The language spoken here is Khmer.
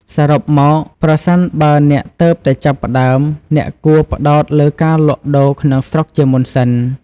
សរុបមក ប្រសិនបើអ្នកទើបតែចាប់ផ្តើម អ្នកគួរផ្តោតលើការលក់ដូរក្នុងស្រុកជាមុនសិន។